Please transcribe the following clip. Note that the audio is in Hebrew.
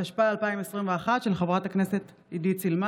התשפ"א 2021, מאת חברת הכנסת אורלי לוי אבקסיס,